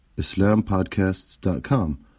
islampodcasts.com